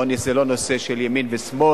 עוני זה לא נושא של ימין ושמאל,